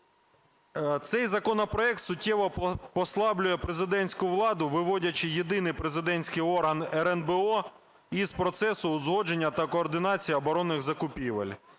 Цей законопроект суттєво послаблює президентську владу, виводячи єдиний президентський орган РНБО із процесу узгодження та координації оборонних закупівель.